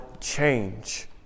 change